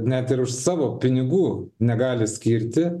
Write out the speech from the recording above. net ir už savo pinigų negali skirti